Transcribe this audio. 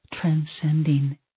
transcending